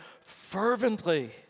fervently